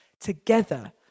Together